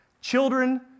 Children